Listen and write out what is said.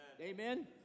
Amen